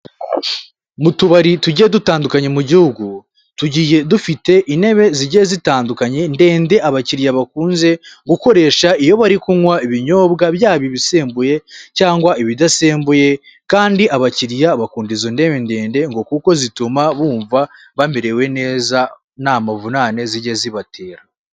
Mu tubari tujya dutandukanye mu gihugu tugiye dufite intebe zigiye zitandukanye ndende abakiriya bakunze gukoresha iyo bari kunywa ibinyobwa byaba ibisembuye cyangwa ibidasembuye kandi abakiriya bakunda izo ntebe ndende ngo kuko zituma bumva bamerewe neza nta muvunane zijye zibatera.